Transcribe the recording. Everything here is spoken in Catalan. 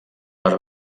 per